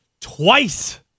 twice